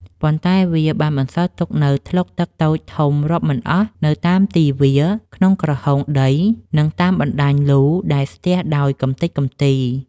ប៉ុន្តែវាបានបន្សល់ទុកនូវថ្លុកទឹកតូចធំរាប់មិនអស់នៅតាមទីវាល ក្នុងក្រហូងដី និងតាមបណ្តាញលូដែលស្ទះដោយកម្ទេចកម្ទី។